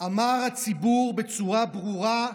אמר הציבור בצורה ברורה: